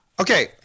Okay